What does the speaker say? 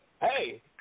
hey